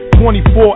24